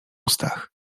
ustach